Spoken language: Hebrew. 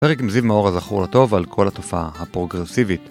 פרק מזיו מאור הזכור לטוב על כל התופעה הפרוגרסיבית